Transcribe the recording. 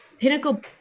pinnacle